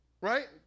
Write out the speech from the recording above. Right